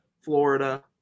Florida